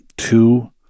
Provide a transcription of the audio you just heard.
Two